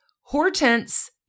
Hortense